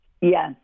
Yes